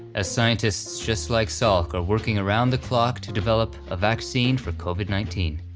as scientists just like salk are working around the clock to develop a vaccine for covid nineteen,